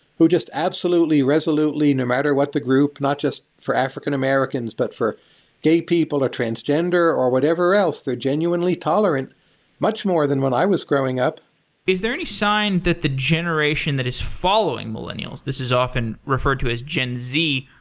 who just absolutely, resolutely, no matter what the group, not just for african-americans, but for gay people, or transgender, or whatever else. they're genuinely tolerant much more than when i was growing up is there any sign that the generation that is following millennials, this is often referred to as gen z,